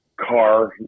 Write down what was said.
car